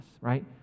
right